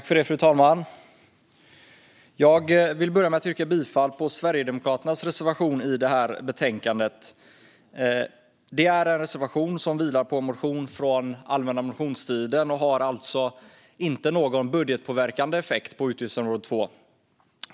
Fru talman! Jag vill börja med att yrka bifall till Sverigedemokraternas reservation i det här betänkandet. Det är en reservation som vilar på en motion från den allmänna motionstiden. Den har alltså inte någon budgetpåverkande effekt på utgiftsområde 2.